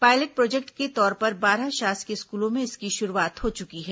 pilot project के तौर पर बारह शासकीय स्कूलों में इसकी शुरूआत हो चुकी है